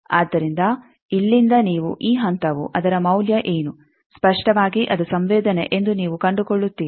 ಆದ್ದರಿಂದ ಇಲ್ಲಿಂದ ನೀವು ಈ ಹಂತವು ಅದರ ಮೌಲ್ಯ ಏನು ಸ್ಪಷ್ಟವಾಗಿ ಅದು ಸಂವೇದನೆ ಎಂದು ನೀವು ಕಂಡುಕೊಳ್ಳುತ್ತೀರಿ